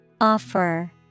Offer